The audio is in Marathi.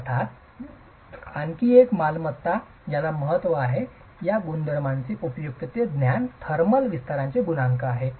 अर्थात आणखी एक मालमत्ता ज्याला महत्त्व आहे या गुणधर्मांचे उपयुक्त ते ज्ञान थर्मल विस्ताराचे गुणांक आहे